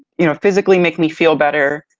you know physically make me feel better,